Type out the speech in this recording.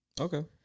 Okay